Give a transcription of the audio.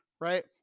Right